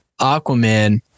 Aquaman